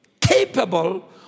Capable